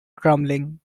crumbling